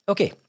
Okay